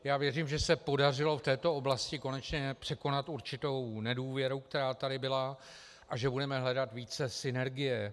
Já věřím, že se podařilo v této oblasti konečně překonat určitou nedůvěru, která tady byla, a že budeme hledat více synergie.